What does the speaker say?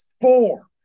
four